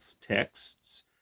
texts